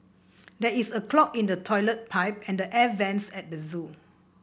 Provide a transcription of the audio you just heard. there is a clog in the toilet pipe and the air vents at the zoo